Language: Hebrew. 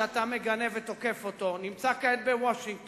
שאתה מגנה ותוקף אותו, נמצא בוושינגטון